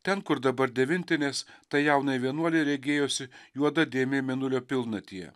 ten kur dabar devintinės tai jaunai vienuolei regėjosi juoda dėmė mėnulio pilnatyje